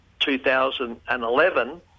2011